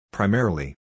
Primarily